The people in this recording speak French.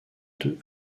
deux